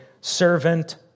servant